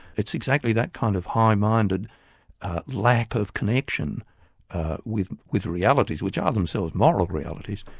it's exactly that kind of high-minded lack of connection with with realities, which are themselves moral realities,